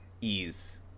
ease